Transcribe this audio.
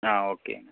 ஆ okay